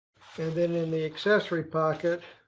and in in the accessory pocket.